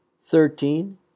thirteen